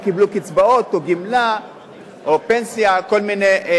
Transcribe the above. קיבלו קצבאות או גמלה או פנסיה או כל מיני,